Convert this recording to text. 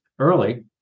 early